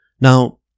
Now